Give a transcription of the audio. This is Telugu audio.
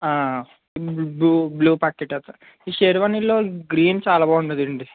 బ్లూ ప్రక్కన పెట్టేస్తా అండి శేర్వాణిలో గ్రీన్ చాలా బాగుంటుంది అండి